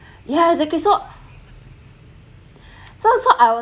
yeah exactly so so so I was